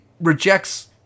rejects